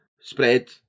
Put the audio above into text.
spread